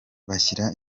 bashyira